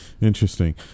Interesting